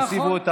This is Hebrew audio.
יוסיפו את